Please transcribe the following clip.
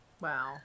Wow